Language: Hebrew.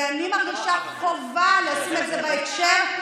ואני מרגישה חובה לשים את זה בהקשר,